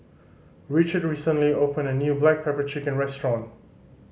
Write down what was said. Richard recently opened a new black pepper chicken restaurant